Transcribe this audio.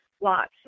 lots